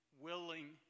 willing